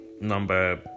number